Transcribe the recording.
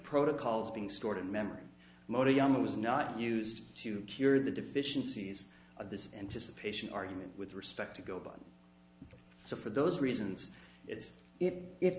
protocols being stored in memory motor young was not used to cure the deficiencies of this anticipation argument with respect to go by so for those reasons it's if i